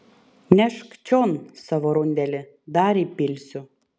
nešk čion savo rundelį dar įpilsiu